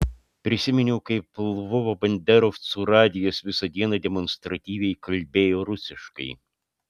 prisiminiau kaip lvovo banderovcų radijas visą dieną demonstratyviai kalbėjo rusiškai